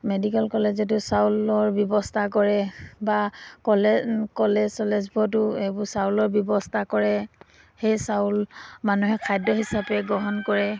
medical কলেজতো চাউলৰ ব্যৱস্থা কৰে বা কলেজ কলেজ চলেজবোৰতো এইবোৰ চাউলৰ ব্যৱস্থা কৰে সেই চাউল মানুহে খাদ্য হিচাপে গ্ৰহণ কৰে